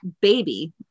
baby